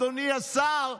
אדוני השר,